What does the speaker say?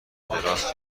دراز